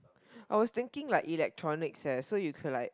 I was thinking like electronics eh so you could like